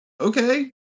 okay